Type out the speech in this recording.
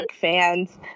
fans